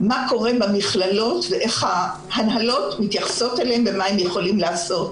מה קורה במכללות ואיך ההנהלות מתייחסות אליהן ומה הם יכולים לעשות.